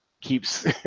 keeps